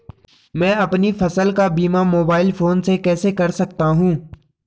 मैं अपनी फसल का बीमा मोबाइल फोन से कैसे कर सकता हूँ?